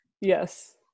yes